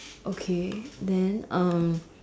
okay then um